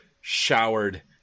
showered